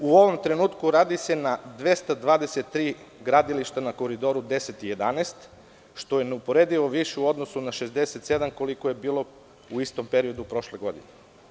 U ovom trenutku radi se na 223 gradilišta na Koridoru 10 i 11, što je neuporedivo više u odnosu na 67, koliko je bilo u istom periodu prošle godine.